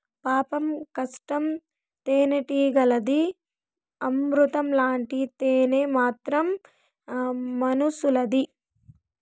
పాపం కష్టం తేనెటీగలది, అమృతం లాంటి తేనె మాత్రం మనుసులది